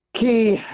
Key